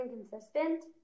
inconsistent